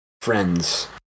friends